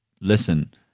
listen